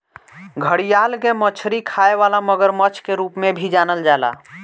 घड़ियाल के मछरी खाए वाला मगरमच्छ के रूप में भी जानल जाला